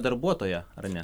darbuotoją ar ne